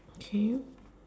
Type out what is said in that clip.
continue